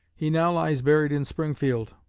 he now lies buried in springfield,